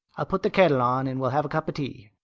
i'll put the kettle on and we'll have a cup of tea.